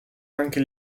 anche